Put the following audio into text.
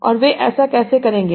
और वे ऐसा कैसे करेंगे